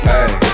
Hey